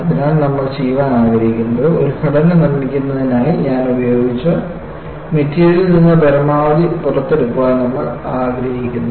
അതിനാൽ നമ്മൾ ചെയ്യാൻ ആഗ്രഹിക്കുന്നത് ഒരു ഘടന നിർമ്മിക്കുന്നതിനായി ഞാൻ ഉപയോഗിച്ച മെറ്റീരിയലിൽ നിന്ന് പരമാവധി പുറത്തെടുക്കാൻ നമ്മൾ ആഗ്രഹിക്കുന്നു